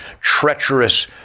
treacherous